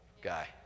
guy